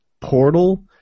Portal